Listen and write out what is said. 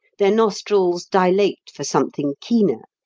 their nostrils dilate for something keener.